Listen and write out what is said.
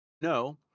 No